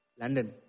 London